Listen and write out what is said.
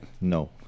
No